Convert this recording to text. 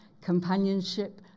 companionship